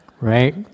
Right